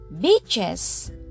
beaches